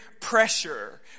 pressure